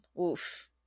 Oof